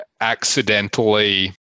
accidentally